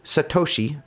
Satoshi